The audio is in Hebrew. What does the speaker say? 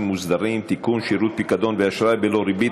מוסדרים) (תיקון) (שירותי פיקדון ואשראי בלא ריבית),